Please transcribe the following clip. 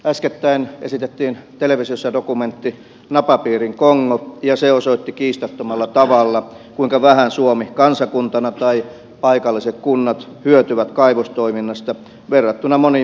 äskettäin esitettiin televisiossa dokumentti napapiirin kongo ja se osoitti kiistattomalla tavalla kuinka vähän suomi kansakuntana tai paikalliset kunnat hyötyvät kaivostoiminnasta verrattuna moniin muihin maihin